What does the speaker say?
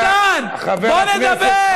פחדן, בוא נדבר.